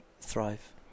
thrive